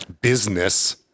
business